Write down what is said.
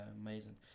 amazing